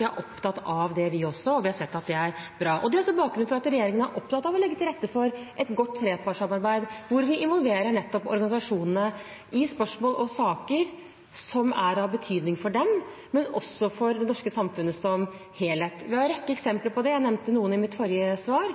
Vi er opptatt av det vi også, og vi har sett at det er bra. Det er også bakgrunnen for at regjeringen er opptatt av å legge til rette for et godt trepartssamarbeid, hvor vi involverer nettopp organisasjonene i spørsmål og saker som er av betydning for dem, men også for det norske samfunnet som helhet. Vi har en rekke eksempler på det, jeg nevnte noen i mitt forrige svar,